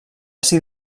ser